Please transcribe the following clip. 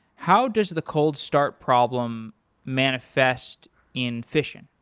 how does the cold start problem manifest in fission?